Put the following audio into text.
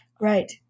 Right